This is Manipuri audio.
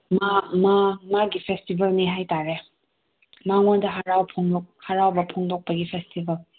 ꯃꯥ ꯃꯥ ꯃꯥꯒꯤ ꯐꯦꯁꯇꯤꯕꯦꯜꯅꯦ ꯍꯥꯏ ꯇꯥꯔꯦ ꯃꯉꯣꯟꯗ ꯍꯔꯥꯎꯕ ꯍꯔꯥꯎꯕ ꯐꯣꯡꯗꯣꯛꯄꯒꯤ ꯐꯦꯁꯇꯤꯕꯦꯜ